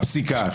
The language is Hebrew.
ובפסיקה.